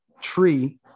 tree